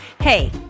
Hey